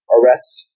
Arrest